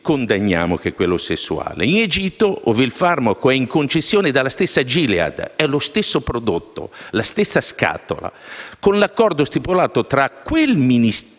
In Egitto, ove il farmaco è in concessione dalla stessa Gilead - è lo stesso prodotto, conservato nella stessa scatola - con l'accordo stipulato tra il Ministro